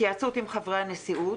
התייעצות עם חברי הנשיאות,